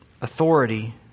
authority